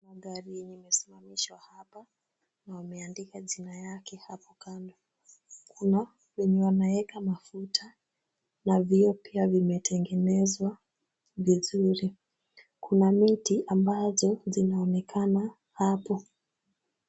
Magari yenye imesimamishwa hapa na wameandika jina yake hapo kando. Kuna wenye wanaeka mafuta na vioo pia vimetengenezwa vizuri. Kuna miti ambazo zinaonekana hapo.